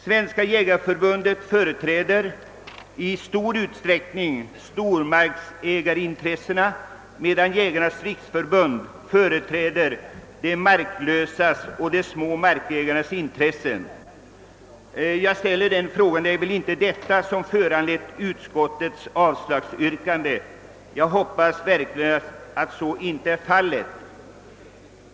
Svenska jägareförbundet företräder i stor utsträckning stormarksägarintressena, medan Jägarnas riksförbund företräder de marklösas och de små markägarnas intressen. Jag ställer frågan: Det är väl inte detta som föranlett utskottets avslagsyrkande? Jag hoppas att så verkligen inte är fallet.